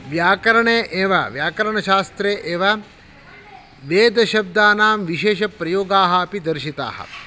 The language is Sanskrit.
व्याकरणे एव व्याकरणशास्त्रे एव वेदशब्दानां विशेषप्रयोगाः अपि दर्शिताः